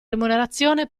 remunerazione